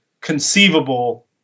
conceivable